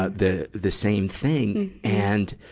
ah the, the same thing. and,